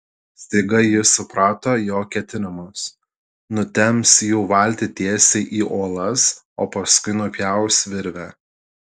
staiga ji suprato jo ketinimus nutemps jų valtį tiesiai į uolas o paskui nupjaus virvę